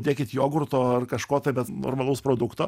dėkit jogurto ar kažko bet normalaus produkto